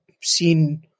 seen